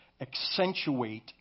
accentuate